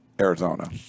Arizona